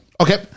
Okay